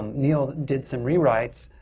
neil did some rewrites,